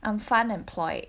I'm fun employed